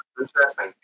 interesting